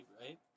right